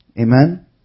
Amen